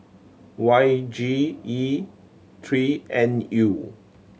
Y G E three N U